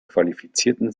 qualifizierten